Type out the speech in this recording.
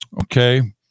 okay